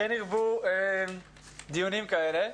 כן ירבו דיונים כאלה.